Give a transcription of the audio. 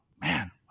Man